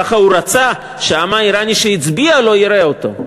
ככה הוא רצה שהעם האיראני שיצביע לו יראה אותו.